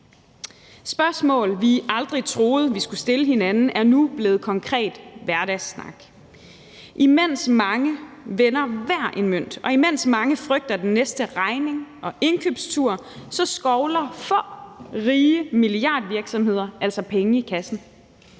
spørgsmål, vi aldrig troede vi skulle stille hinanden, men det er nu blevet konkret hverdagssnak. Mens mange vender hver en mønt, og mens mange frygter den næste regning og indkøbstur, skovler få rige milliardvirksomheder altså penge i kassen.